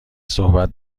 صحبت